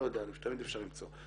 תמיד אפשר למצוא.